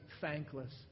thankless